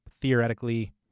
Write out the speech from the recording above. theoretically